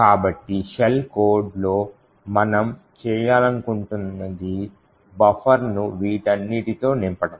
కాబట్టి షెల్ కోడ్తో మనం చేయాలనుకుంటున్నది బఫర్ను వీటన్నిటితో నింపడం